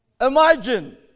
Imagine